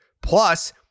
Plus